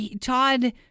Todd